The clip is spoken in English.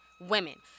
women